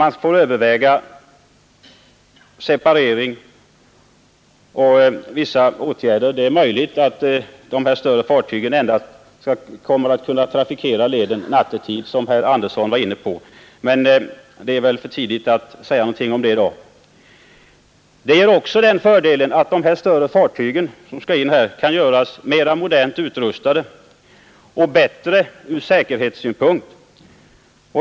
Man får överväga separering och andra åtgärder — det är möjligt att de större fartygen inte kommer att kunna trafikera leden nattetid, vilket herr Andersson var inne på, men det är väl för tidigt att säga någonting om det i dag. En fördel är också att de större fartygen utrustas mera modernt och blir bättre ur säkerhetssynpunkt.